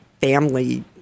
family